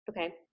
Okay